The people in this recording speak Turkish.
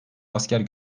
asker